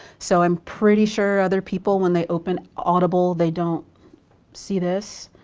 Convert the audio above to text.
so, i'm pretty sure other people when they open audible they don't see this